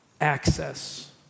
access